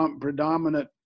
predominant